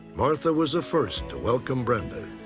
martha was the first to welcome brenda.